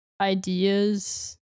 ideas